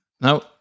Now